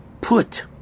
put